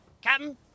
Captain